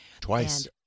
Twice